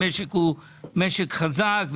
המשק הוא משק חזק.